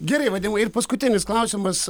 gerai vadimai ir paskutinis klausimas